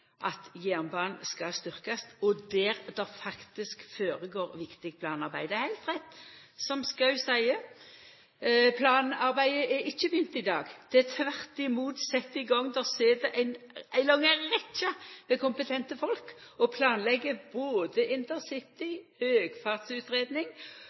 at jernbanen skal styrkjast, og der det faktisk føregår viktig planarbeid. Det er heilt rett som representanten Schou seier: Planarbeidet har ikkje begynt i dag. Det er tvert om sett i gang. Det sit ei lang rekkje med kompetente folk og